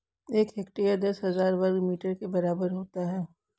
एक हेक्टेयर दस हज़ार वर्ग मीटर के बराबर होता है